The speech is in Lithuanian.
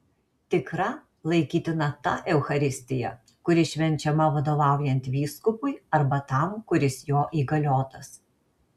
tikra laikytina ta eucharistija kuri švenčiama vadovaujant vyskupui arba tam kuris jo įgaliotas